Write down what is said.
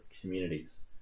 communities